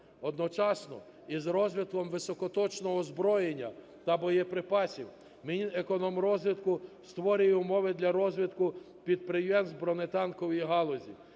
Одночасно із розвитком високоточного озброєння та боєприпасів Мінекономрозвитку створює умови для розвитку підприємств бронетанкової галузі.